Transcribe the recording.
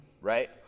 Right